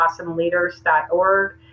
awesomeleaders.org